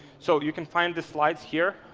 so you can find these slides here,